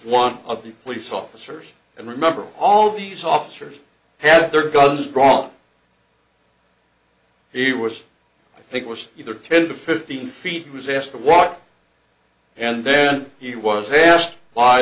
one of the police officers and remember all these officers had their guns drawn he was i think was either ten to fifteen feet was asked to walk and then he was asked why